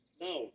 Now